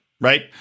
right